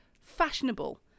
fashionable